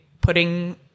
putting